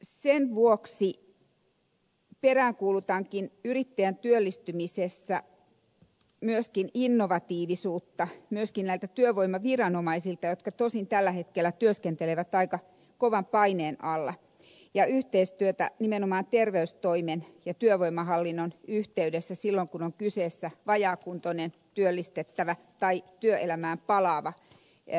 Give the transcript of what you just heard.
sen vuoksi peräänkuulutankin yrittäjän työllistymisessä innovatiivisuutta myöskin työvoimaviranomaisilta jotka tosin tällä hetkellä työskentelevät aika kovan paineen alla ja yhteistyötä nimenomaan terveystoimen ja työvoimahallinnon kesken silloin kun on kyseessä vajaakuntoinen työllistettävä tai työelämään palaava yrittäjä